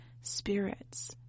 spirits